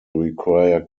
require